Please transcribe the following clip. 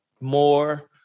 more